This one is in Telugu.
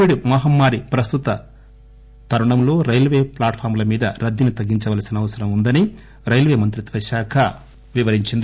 కోవిడ్ మహమ్మారి ప్రస్తుత పరిస్థితులలో రైల్వే ఫ్లాట్ ఫామ్ ల మీద రద్దీని తగ్గించవలసిన అవసరం వుందని రైల్వే మంత్రిత్వశాఖ వివరించింది